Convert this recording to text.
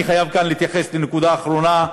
אני חייב כאן להתייחס לנקודה אחרונה,